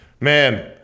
man